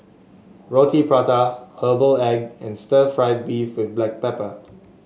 Roti Prata Herbal Egg and Stir Fried Beef with Black Pepper